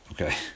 Okay